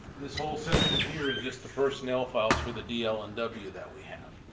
this whole section here is just the personnel files for the dl and w that we have.